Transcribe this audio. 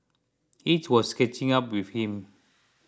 age was catching up with him